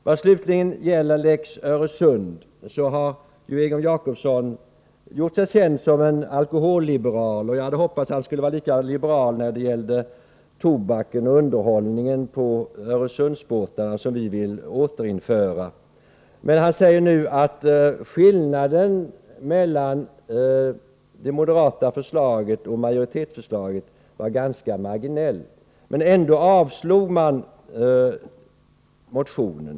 Vad slutligen gäller lex Öresund har Egon Jacobsson gjort sig känd som en alkoholliberal, och jag hade hoppats att han skulle vara lika liberal när det gällde tobaken och underhållningen på Öresundsbåtarna, som vi vill återinföra. Han säger nu att skillnaden mellan det moderata förslaget och majoritetsförslaget var ganska marginell — men ändå avslogs motionen.